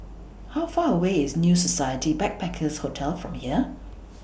How Far away IS New Society Backpackers' Hotel from here